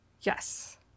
Yes